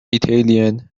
italian